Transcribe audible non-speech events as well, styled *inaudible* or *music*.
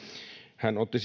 hän otti *unintelligible*